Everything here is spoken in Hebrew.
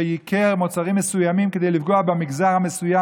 שייקר מוצרים מסוימים כדי לפגוע במגזר המסוים,